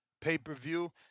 pay-per-view